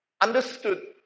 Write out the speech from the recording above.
understood